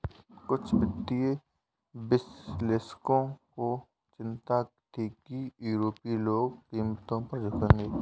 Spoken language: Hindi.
कुछ वित्तीय विश्लेषकों को चिंता थी कि यूरोपीय लोग कीमतों पर झुकेंगे